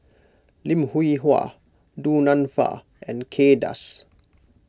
Lim Hwee Hua Du Nanfa and Kay Das